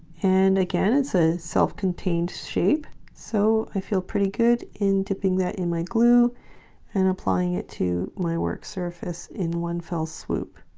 and again it's a self-contained shape so i feel pretty good in dipping that in my glue and applying it to my work surface in one fell swoop